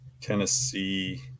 Tennessee